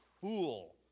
fool